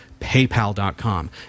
paypal.com